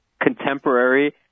contemporary